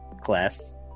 class